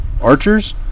archers